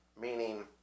meaning